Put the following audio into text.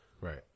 Right